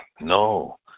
No